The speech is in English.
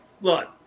look